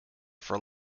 for